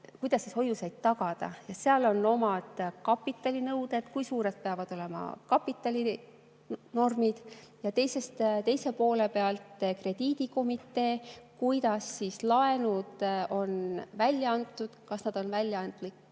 kuidas hoiuseid tagada. Seal on omad kapitalinõuded, kui suured peavad olema kapitalinormid, ja teise poole pealt krediidikomitee, et kuidas laenud on välja antud, kas nad on välja antud